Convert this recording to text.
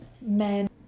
men